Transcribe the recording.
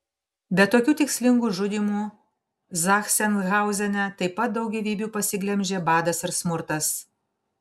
be tokių tikslingų žudymų zachsenhauzene taip pat daug gyvybių pasiglemžė badas ir smurtas